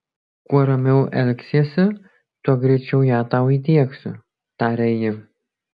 kuo ramiau elgsiesi tuo greičiau ją tau įdiegsiu taria ji